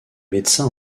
médecin